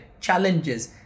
challenges